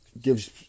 gives